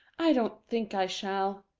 i don't think i shall,